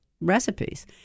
recipes